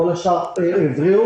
וכל השאר הבריאו,